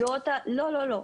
לא לא לא.